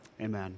amen